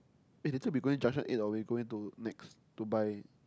eh later we going Junction-Eight or we going to Nex to buy